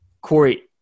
Corey